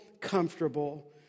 comfortable